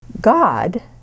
God